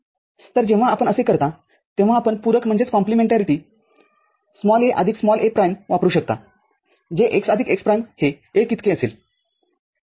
तरजेव्हा आपण असे करता तेव्हा आपण पूरक a आदिक a प्राईम वापरू शकता जे x आदिक x प्राइम हे १ इतके असेल ठीक आहे